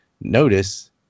notice